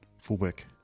fullback